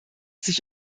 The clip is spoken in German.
sich